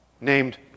named